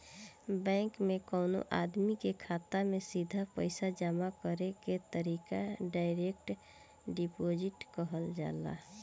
bank में कवनो आदमी के खाता में सीधा पईसा जामा करे के तरीका डायरेक्ट डिपॉजिट कहल जाला